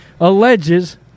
alleges